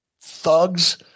thugs